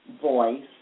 voice